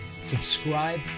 subscribe